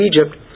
Egypt